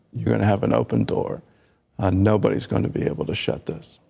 you and have an open door and nobody's going to be able to shut this.